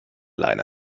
leine